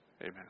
Amen